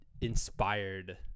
inspired